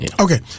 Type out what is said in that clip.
okay